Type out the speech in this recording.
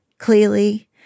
Clearly